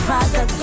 Father